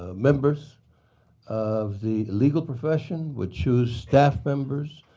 ah members of the legal profession, would choose staff members,